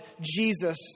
Jesus